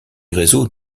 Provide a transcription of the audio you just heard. réseau